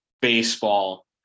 baseball